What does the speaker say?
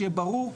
שיהיה ברור,